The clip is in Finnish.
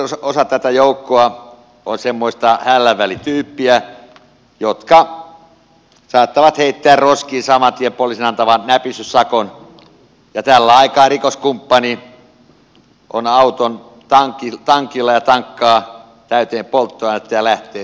suurin osa tätä joukkoa on semmoista hällä väliä tyyppiä joka saattaa heittää roskiin saman tien poliisin antaman näpistyssakon ja tällä aikaa rikoskumppani on auton tankilla ja tankkaa sen täyteen polttoainetta ja lähtee sitten jatkamaan matkaa